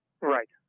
Right